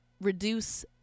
reduce